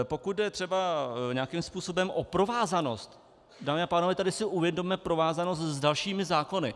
Pokud jde třeba nějakým způsobem o provázanost, dámy a pánové, tady si uvědomme provázanost s dalšími zákony.